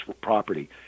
property